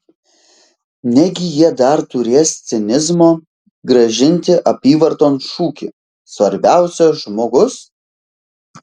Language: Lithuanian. negi jie dar turės cinizmo grąžinti apyvarton šūkį svarbiausia žmogus